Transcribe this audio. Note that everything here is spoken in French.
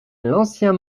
l’ancien